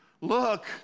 Look